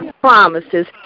promises